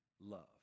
love